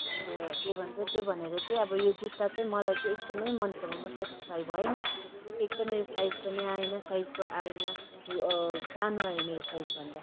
अन्त के भन्छ त्यो भनेर चाहिँ अब यो जुत्ता चाहिँ मलाई चाहिँ एकदमै मन परेन म सेटिसफाइ भइनँ एक त मेरो साइज पनि आएन साइजको आएन ठु सानो आयो मेरो साइज भन्दा